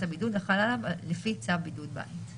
הבידוד החלה עליו לפי צו בידוד בית".